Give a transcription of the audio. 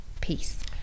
peace